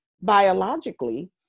biologically